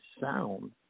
sound